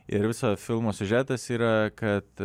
ir viso filmo siužetas yra kad